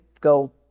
go